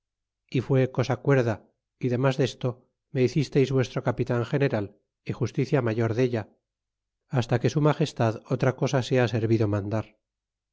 y fuá cosa cuerda y demas desto me hicistes vuestro capitan general y justicia mayor della hasta que su magestad otra cosa sea servido mandar